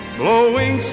blowing